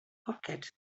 poced